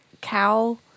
Cow